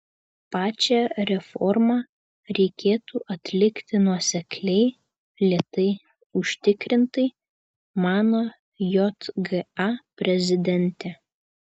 pačią reformą reikėtų atlikti nuosekliai lėtai užtikrintai mano jga prezidentė